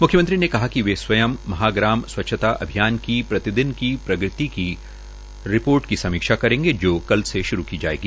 म्ख्यमंत्री ने कहा कि वे स्वयं महाग्राम स्वच्छता अभियान की प्रतिदिन की प्रगति रिपोर्ट की समीक्षा करेंगे जो कल से श्रू की जाएगी